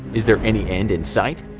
is there any end in sight?